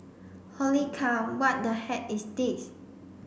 holy cow what the heck is this